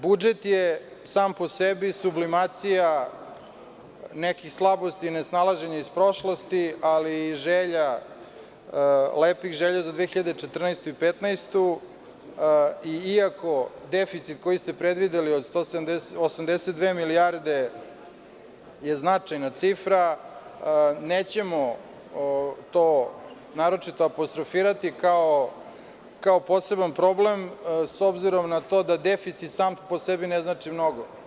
Budžet je sam po sebi sublimacija nekih slabosti i nesnalaženja iz prošlosti, ali i lepih želja za 2014. i 2015. godinu, iako deficit koji ste predvideli od 182 milijarde je značajna cifra, nećemo to naročito apostrofirati kao poseban problem, s obzirom na to da deficit sam po sebi ne znači mnogo.